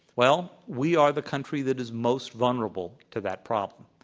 well, we are the country that is most vulnerable to that problem.